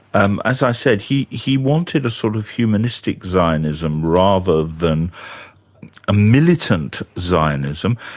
um as i said, he he wanted a sort of humanistic zionism, rather than a militant zionism.